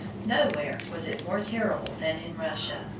nowhere was it more terrible than in russia.